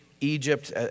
Egypt